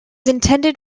intended